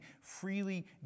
freely